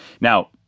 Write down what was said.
Now